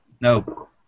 No